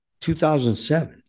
2007